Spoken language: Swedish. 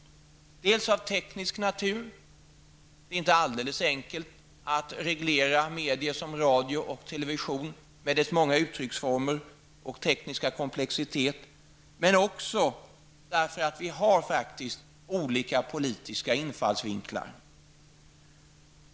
Dessa problem är bl.a. av tekniskt natur. Det är inte alldeles enkelt att reglera sådana medier som radio och television, som har många uttrycksformer och en teknisk komplexitet. Dessutom har vi faktiskt olika politiska infallsvinklar.